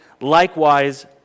likewise